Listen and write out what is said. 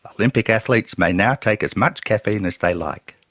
ah olympic athletes may now take as much caffeine as they like.